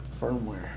firmware